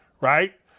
right